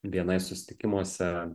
bni susitikimuose